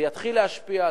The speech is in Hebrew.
זה יתחיל להשפיע,